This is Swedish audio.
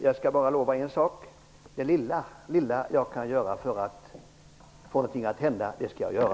Jag skall lova en sak: det lilla som jag kan göra för att få något att hända skall jag göra.